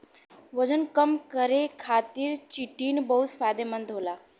वजन कम करे खातिर चिटिन बहुत फायदेमंद होला